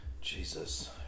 Jesus